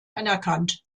anerkannt